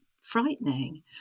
frightening